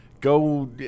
go